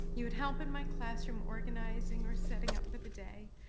you would help in my classroom organizing or setting up for the day,